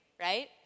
right